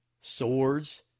swords